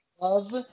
love